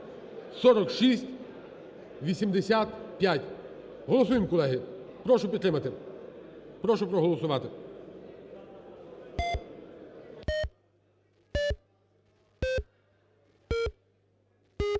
Голосуємо, колеги. Прошу підтримати, прошу проголосувати.